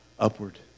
upward